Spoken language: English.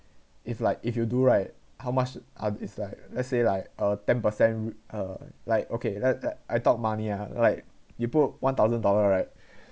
if like if you do right how much un~ it's like let's say like uh ten percent uh like okay I I talk money ah like you put one thousand dollar right